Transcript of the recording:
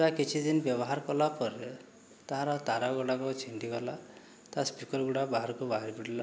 ସେଟା କିଛିଦିନ ବ୍ୟବହାର କଲା ପରେ ତା ର ତାର ଗୁଡ଼ାକ ଛିଣ୍ଡିଗଲା ତା ସ୍ପିକର ଗୁଡ଼ାକ ବାହାରକୁ ବାହାରି ପଡ଼ିଲା